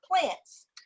plants